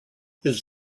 his